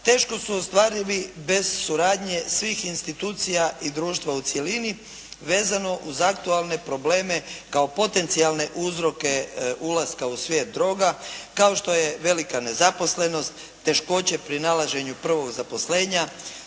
teško su ostvarivi bez suradnje svih institucija i društva u cjelini vezano uz aktualne probleme kao potencijalne uzroke ulaska u svijet droga kao što je velika nezaposlenost, teškoće pri nalaženju prvog zaposlenja,